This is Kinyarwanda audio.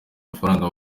mafaranga